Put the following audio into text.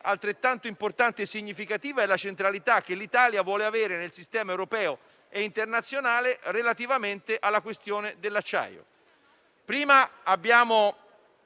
altrettanto importante e significativa è la centralità che l'Italia vuole avere nel sistema europeo e internazionale relativamente all'acciaio.